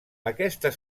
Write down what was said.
aquestes